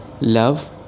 love